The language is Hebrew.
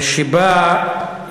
שבו רוצים,